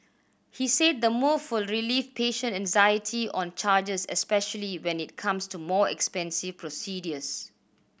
he said the move will relieve patient anxiety on charges especially when it comes to more expensive procedures